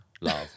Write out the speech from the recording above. Love